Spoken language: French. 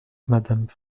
madame